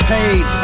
Paid